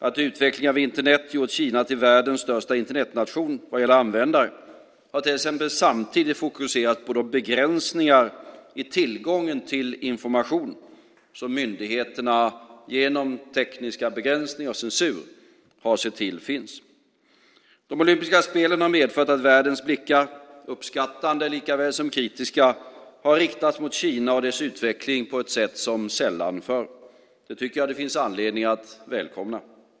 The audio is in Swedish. Att utvecklingen av Internet gjort Kina till världens största Internetnation vad gäller användare har till exempel samtidigt fokuserat på de begränsningar i tillgången till information som myndigheterna genom tekniska begränsningar och censur har sett till finns. De olympiska spelen har medfört att världens blickar - uppskattande lika väl som kritiska - har riktats mot Kina och dess utveckling på ett sätt som sällan förr. Det tycker jag att det finns all anledning att välkomna.